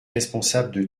responsables